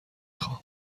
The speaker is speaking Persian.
خوام